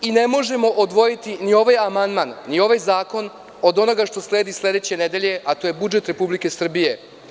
Ne možemo odvojiti ni ovaj amandman, ni ovaj zakon od onoga što sledi sledeće nedelje, a to je budžet Republike Srbije.